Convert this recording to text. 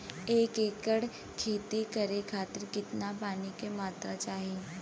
एक एकड़ खेती करे खातिर कितना पानी के मात्रा चाही?